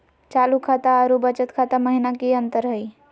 चालू खाता अरू बचत खाता महिना की अंतर हई?